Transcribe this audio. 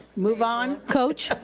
move on. coach.